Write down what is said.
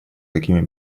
какими